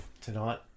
tonight